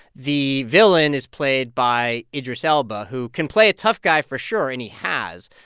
the villain is played by idris elba, who can play a tough guy for sure, and he has,